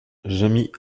jamie